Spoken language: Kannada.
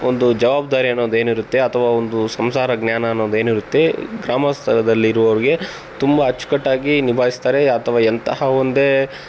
ಒಂದು ಜವಾಬ್ಧಾರಿ ಅನ್ನೋದು ಏನಿರುತ್ತೆ ಅಥವಾ ಒಂದು ಸಂಸಾರ ಜ್ಞಾನ ಅನ್ನೋದು ಏನಿರುತ್ತೆ ಗ್ರಾಮಸ್ತರದಲ್ಲಿ ಇರುವರಿಗೆ ತುಂಬ ಅಚ್ಚುಕಟ್ಟಾಗಿ ನಿಭಾಯಿಸ್ತಾರೆ ಅಥವಾ ಎಂತಹ ಒಂದು